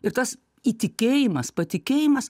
ir tas įtikėjimas patikėjimas